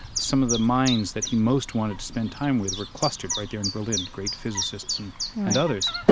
some of the minds that he most wanted to spend time with were clustered right there in berlin, great physicists and and others.